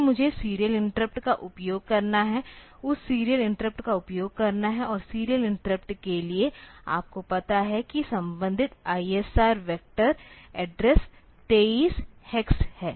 फिर मुझे serial interrupt का उपयोग करना है उस सीरियल इंटरप्ट का उपयोग करना है और सीरियल इंटरप्ट के लिए आपको पता है कि संबंधित ISR वेक्टर एड्रेस 23 हेक्स है